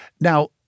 now